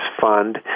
fund